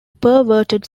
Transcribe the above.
perverted